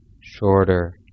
shorter